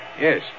Yes